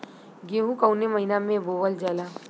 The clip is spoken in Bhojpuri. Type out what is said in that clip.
गेहूँ कवने महीना में बोवल जाला?